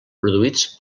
produïts